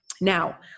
Now